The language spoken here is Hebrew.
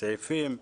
סעיפים,